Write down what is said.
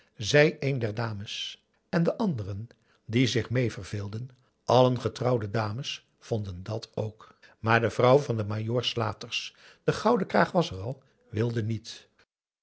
een der dames en de anderen die zich mee verveelden allen getrouwde dames vonden dat ook maar de vrouw van den majoor slaters de gouden kraag was er al wilde niet